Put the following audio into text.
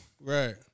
Right